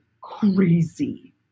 crazy